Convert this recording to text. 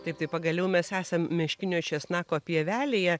taip tai pagaliau mes esam meškinio česnako pievelėje